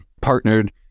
partnered